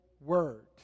word